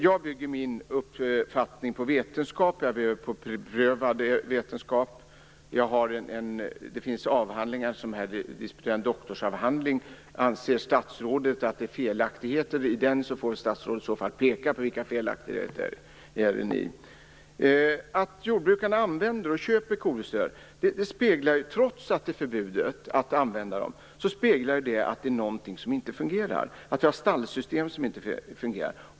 Jag bygger min uppfattning på beprövad vetenskap. Det finns en doktorsavhandling. Anser statsrådet att det är felaktigheter i den får statsrådet i så fall peka på vilka dessa felaktigheter är. Att jordbrukarna köper och använder kodressörer trots förbudet speglar att det är någonting som inte fungerar, att vi har stallsystem som inte fungerar.